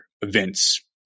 events